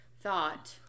thought